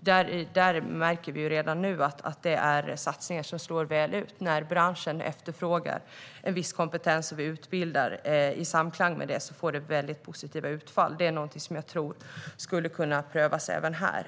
Vi märker redan nu att sådana satsningar slår väl ut. När branschen efterfrågar en viss kompetens och vi utbildar i samklang med det får det positiva utfall. Det är någonting som jag tror skulle kunna prövas även här.